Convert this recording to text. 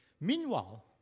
Meanwhile